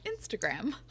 Instagram